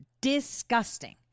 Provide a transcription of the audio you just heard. Disgusting